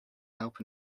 help